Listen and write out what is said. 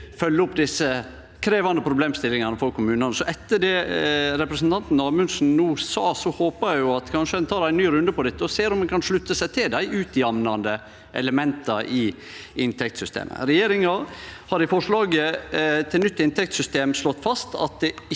følgje opp desse krevjande problemstillingane for kommunane. Så etter det representanten Amundsen no sa, håpar eg at ein kanskje tek ein ny runde på dette og ser om ein kan slutte seg til dei utjamnande elementa i inntektssystemet. Regjeringa har i forslaget til nytt inntektssystem slått fast at ein ikkje